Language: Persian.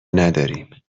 نداریم